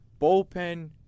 bullpen